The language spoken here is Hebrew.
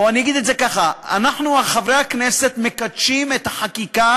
או אני אגיד את זה ככה: אנחנו חברי הכנסת מקדשים את החקיקה,